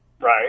Right